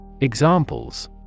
Examples